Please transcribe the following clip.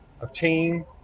obtain